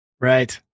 Right